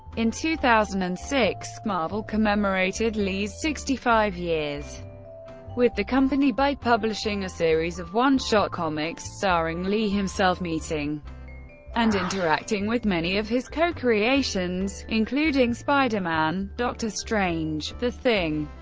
in two thousand and six, marvel commemorated lee's sixty five years with the company by publishing a series of one-shot comics starring lee himself meeting and interacting with many of his co-creations, including spider-man, doctor strange, the thing,